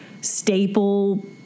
staple